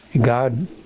God